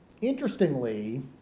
interestingly